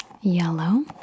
yellow